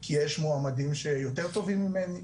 כי יש מועמדים שיותר טובים ממני,